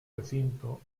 recinto